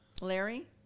larry